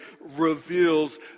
reveals